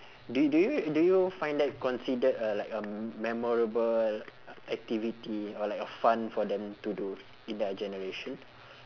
do y~ do you do you find that considered uh like um memorable activity or like a fun for them to do in their generation